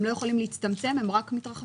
הן לא יכולות להצטמצם, הן רק מתרחבות?